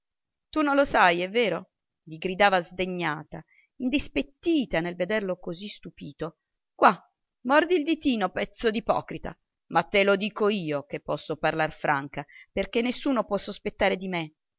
tu non lo sai è vero gli gridava sdegnata indispettita nel vederlo così stupito qua mordi il ditino pezzo d'ipocrita ma te lo dico io che posso parlar franca perché nessuno può sospettare di me